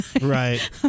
right